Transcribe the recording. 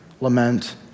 lament